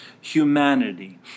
humanity